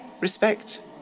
respect